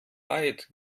eid